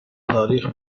تاریخ